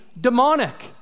demonic